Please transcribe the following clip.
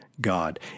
God